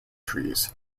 trees